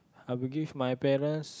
I would give my parents